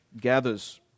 gathers